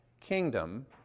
kingdom